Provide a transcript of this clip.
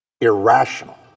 irrational